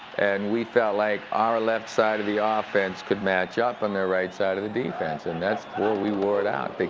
and we felt like our left side of the ah offense could match up on their right side of the defense. and that's where we wore it out.